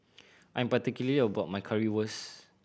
I'm particular about my Currywurst